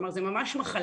זאת אומרת זו ממש מחלה,